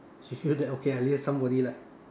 she feels that okay somebody like